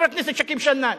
חבר הכנסת שכיב שנאן.